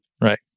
Right